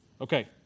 Okay